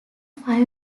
five